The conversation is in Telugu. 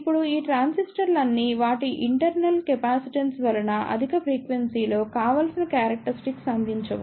ఇప్పుడు ఈ ట్రాన్సిస్టర్లన్నీ వాటి ఇంటర్నల్ కెపాసిటెన్స్ వలన అధిక ఫ్రీక్వెన్సీలో కావాల్సిన క్యారక్టరిస్టిక్స్ అందించవు